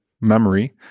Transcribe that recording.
memory